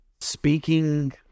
speaking